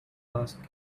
dust